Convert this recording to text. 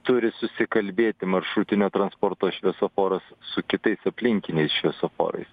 turi susikalbėti maršrutinio transporto šviesoforas su kitais aplinkiniais šviesoforais